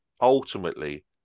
ultimately